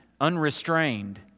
unrestrained